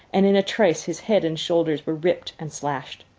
and in a trice his head and shoulders were ripped and slashed.